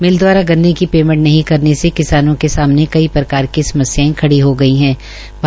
मिल द्वारा गन्ने की पेमेंट नहीं करेन से किसानों के सामने कई प्रकार की समस्यायें खड़ी हो गई हे